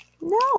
No